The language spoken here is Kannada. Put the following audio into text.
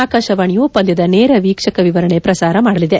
ಆಕಾಶವಾಣಿಯು ಪಂದ್ಯದ ನೇರ ವೀಕ್ಷಕ ವಿವರಣೆ ಪ್ರಸಾರ ಮಾಡಲಿದೆ